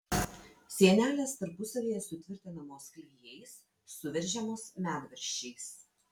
sienelės tarpusavyje sutvirtinamos klijais suveržiamos medvaržčiais